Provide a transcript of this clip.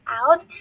out